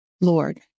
Lord